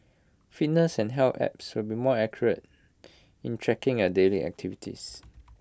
fitness and health apps will be more accurate in tracking at daily activities